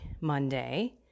Monday